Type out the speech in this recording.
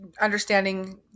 understanding